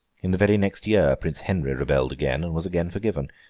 in the very next year, prince henry rebelled again, and was again forgiven.